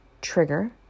trigger